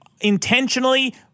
intentionally